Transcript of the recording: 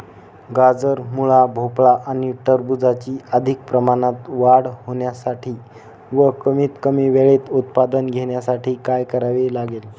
गाजर, मुळा, भोपळा आणि टरबूजाची अधिक प्रमाणात वाढ होण्यासाठी व कमीत कमी वेळेत उत्पादन घेण्यासाठी काय करावे लागेल?